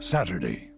Saturday